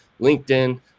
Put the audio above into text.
linkedin